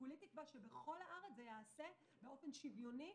כולי תקווה שבכל הארץ זה ייעשה באופן שוויוני,